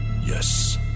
Yes